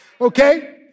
Okay